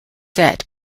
set